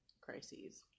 crises